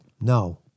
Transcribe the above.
No